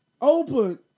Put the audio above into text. Open